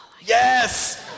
Yes